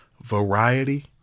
variety